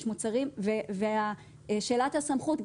ושאלת הסמכות,